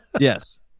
Yes